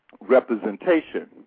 representation